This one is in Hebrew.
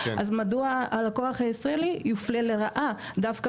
אז מדוע הלקוח הישראלי יופלה לרעה דווקא